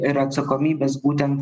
ir atsakomybės būten